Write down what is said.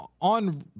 On